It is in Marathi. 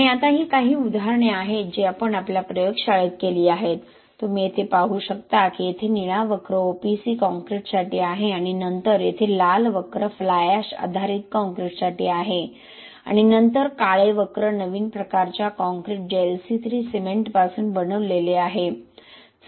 आणि आता ही काही उदाहरणे आहेत जी आपण आपल्या प्रयोगशाळेत केली आहेत तुम्ही येथे पाहू शकता की येथे निळा वक्र OPC कॉंक्रिटसाठी आहे आणि नंतर येथे लाल वक्र फ्लाय एश आधारित कॉंक्रिटसाठी आहे आणि नंतर काळे वक्र नवीन प्रकारच्या काँक्रीट जे LC3 सिमेंटपासून बनलेले आहे